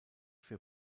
für